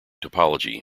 topology